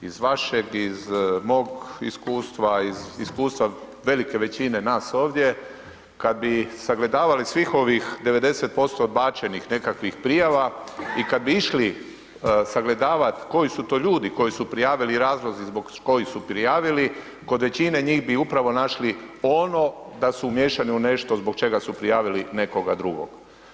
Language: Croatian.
Iz vašeg i iz mog iskustva, iz iskustva velike većine nas ovdje, kad bi sagledavali svih ovih 90% odbačenih nekakvih prijava i kad bi išli sagledavat koji su to ljudi koji su prijavili i razlozi zbog kojih su prijavili, kod većine njih bi upravo našli ono da su umiješani u nešto zbog čega su prijavili nekoga drugog.